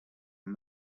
and